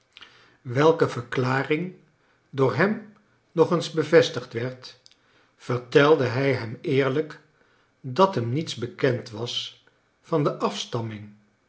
welke verklaring door hem nog eens bevestigd werd vertelde hij hem eerlijk dat hem niets bekend was van de afstamming